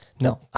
No